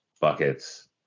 buckets